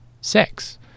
sex